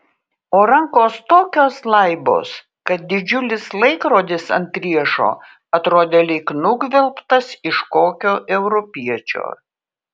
o rankos tokios laibos kad didžiulis laikrodis ant riešo atrodė lyg nugvelbtas iš kokio europiečio